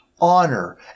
honor